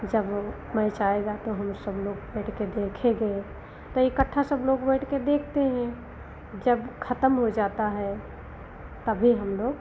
जब मैच आएगा तो हम सब लोग बैठकर देखेगे तो इकट्ठा सब लोग बैठकर देखते हैं जब खतम हो जाता है तभी हमलोग